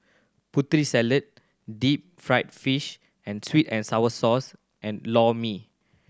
Putri Salad deep fried fish and sweet and sour sauce and Lor Mee